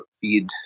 feed